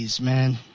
man